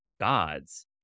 gods